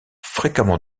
fréquemment